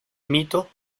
mito